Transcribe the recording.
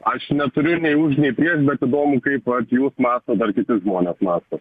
aš neturiu nei už nei prieš bet įdomu kaip vat jūs mąstot ar kiti žmonės mąsto